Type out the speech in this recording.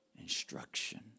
Instruction